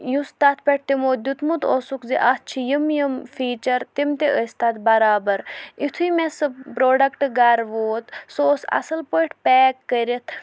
یُس تَتھ پٮ۪ٹھ تِمو دیُٚتمُت اوسُکھ زِ اَتھ چھِ یِم یِم فیٖچَر تِم تہِ ٲسۍ تَتھ بَرابَر یُتھُے مےٚ سُہ پرٛوڈَکٹ گَرٕ ووت سُہ اوس اَصٕل پٲٹھۍ پیک کٔرِتھ